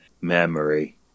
memory